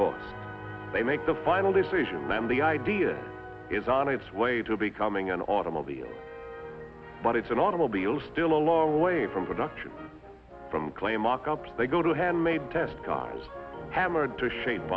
cost they make the final decision man the idea is on its way to becoming an automobile but it's an automobile still a long way from production from clay mockups they go to handmade test cars hammered to shape